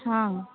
ହଁ